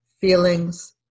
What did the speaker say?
feelings